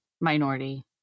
minority